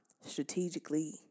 strategically